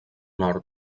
nord